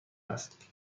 است